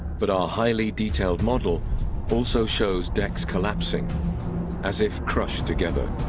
but our highly detailed model also shows deck's collapsing as if crushed together.